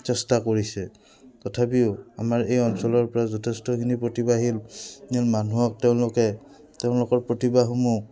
চেষ্টা কৰিছে তথাপিও আমাৰ এই অঞ্চলৰ পৰা যথেষ্টখিনি প্ৰতিভাশীল মানুহক তেওঁলোকে তেওঁলোকৰ প্ৰতিভাসমূহ